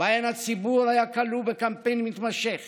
שבהן הציבור היה כלוא בקמפיין מתמשך